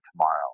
tomorrow